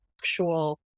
actual